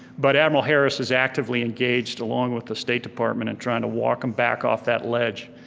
but admiral harris is actively engaged, along with the state department, in trying to walk them back off that ledge.